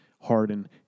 Harden